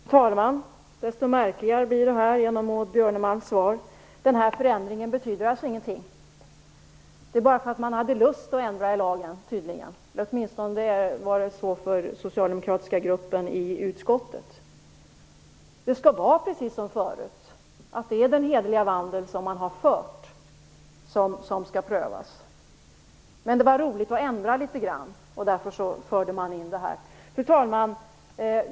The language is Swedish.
Fru talman! Genom Maud Björnemalms svar blir detta ännu märkligare. Den här förändringen betyder alltså ingenting? Det bara för att man hade lust att ändra i lagen - åtminstone var det så för den socialdemokratiska gruppen i utskottet. Det skall alltså vara precis som förut. Det är den hederliga vandel man har fört som skall prövas. Men det var roligt att ändra litet, och därför förde man in detta. Fru talman!